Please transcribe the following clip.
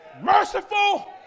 merciful